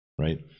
Right